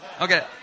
okay